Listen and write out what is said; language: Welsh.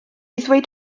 ddweud